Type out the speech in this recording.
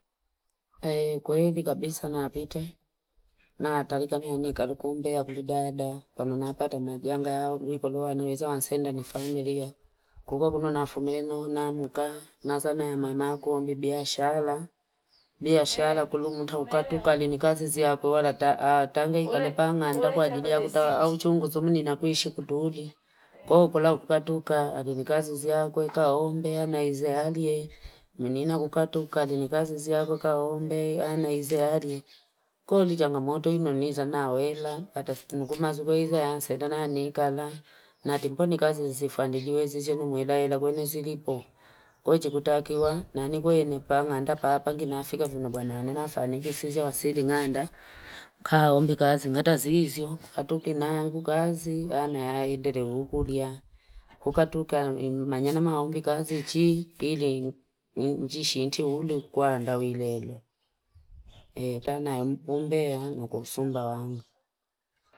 kweli kabisa napita natalika laki kuliku umbea kuli dadaa kwani napata majanga yakunikoloa nezewa nsenda nafamilia, kuko kunu nafunenwa namka nasama mamaa kombe biashala, biashala kulumuta ukati ni azizi yakwe wala ta ata ngenda mpanganda kwajili ya kutawala ne chungu na kweishi kutuuli ko kolya kukatukaa alinikazizi yakwe kaa ombwe anazielalie munina kukatoka ni kazizi yakwe kaombwe anaizeali ko nichangamoto imonuiza nawela hata siku kuma uiza sitentenanikala natemboni kazizi zifanikiwe zizedumu laela kule zilipo kwaiyo chikutakiwa nani kweni pang'anda paapanginda nafika kuna bwana ninafanya kusizi wasili ng'anda kaombi kazingata ziizyohatoki naangu kazi anaendeleo ukulya ukatuka nimanye nimaombi kazichi ile ile njishinti uli ukwanda wilel2 kana kombea huku nsumbawanga.